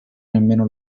nemmeno